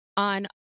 On